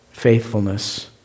faithfulness